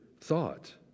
thought